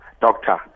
doctor